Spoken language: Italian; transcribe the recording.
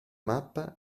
mappa